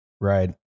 right